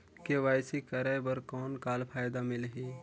KYC कराय कर कौन का फायदा मिलही?